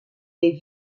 des